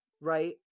right